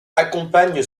accompagne